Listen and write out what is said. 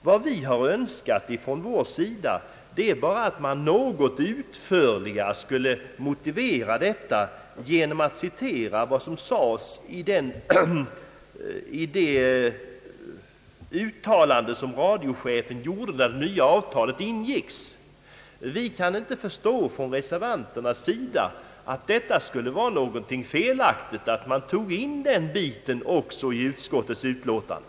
Vad vi önskat är endast att man något utförligare skulle motivera detta genom att citera det som sades i radiochefens uttalande när det nya avtalet ingicks. Vi reservanter kan inte förstå att det skulle vara felaktigt att ta med detta uttalande i utskottets utlåtande.